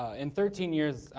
ah in thirteen years,